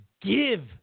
give